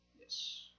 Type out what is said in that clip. Yes